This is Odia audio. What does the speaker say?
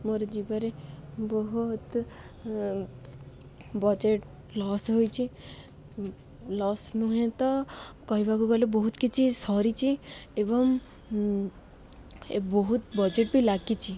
ମୋର ଯିବାରେ ବହୁତ ବଜେଟ ଲସ୍ ହୋଇଛି ଲସ୍ ନୁହେଁ ତ କହିବାକୁ ଗଲେ ବହୁତ କିଛି ସରିଛି ଏବଂ ବହୁତ ବଜେଟ ବି ଲାଗିଛି